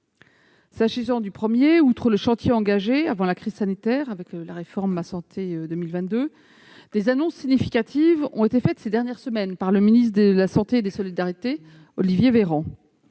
S'agissant du premier, outre le chantier engagé avant la crise sanitaire avec la réforme Ma santé 2022, des annonces significatives ont été faites ces dernières semaines par le ministre de la santé et des solidarités, Olivier Véran.